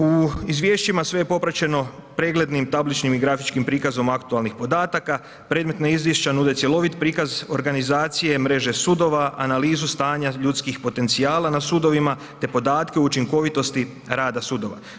U izvješćima sve je popraćeno preglednim tabličnim i grafičkim prikazom aktualnih podataka, predmetna izvješća nude cjelovit prikaz organizacije, mreže sudova, analizu stanja ljudskih potencijala na sudovima te podatke učinkovitosti rada sudova.